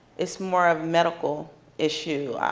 it's more a medical issue,